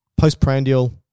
postprandial